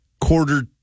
Quarter